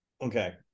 Okay